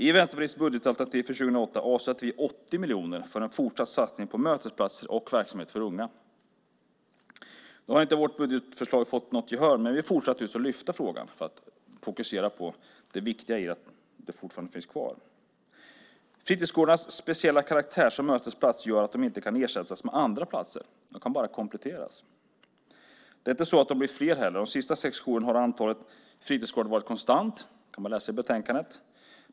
I Vänsterpartiets budgetalternativ för 2008 avsatte vi 80 miljoner för en fortsatt satsning på mötesplatser och verksamhet för unga. Nu har inte vårt budgetförslag fått något gehör, men vi fortsätter att lyfta fram frågan för att fokusera på det viktiga i att fritidsgårdarna finns kvar. Fritidsgårdarnas speciella karaktär som mötesplats gör att de inte kan ersättas med andra platser. De kan bara kompletteras. Det är inte så att de blir fler heller. De senaste sex sju åren har antalet fritidsgårdar varit konstant, vilket man kan läsa i betänkandet.